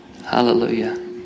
Hallelujah